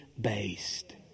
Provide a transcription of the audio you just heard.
based